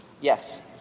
Yes